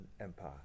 Empire